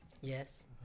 Yes